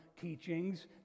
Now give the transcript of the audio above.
teachings